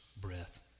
breath